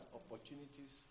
opportunities